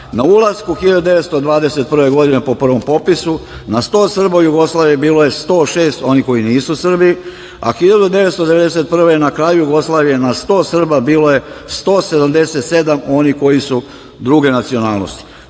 na ulasku 1921. godine, po prvom popisu, na 100 Srba u Jugoslaviji bilo je 106 onih koji nisu Srbi, a 1991. godine na kraju Jugoslavije na 100 Srba bilo je 177 onih koji su druge nacionalnosti.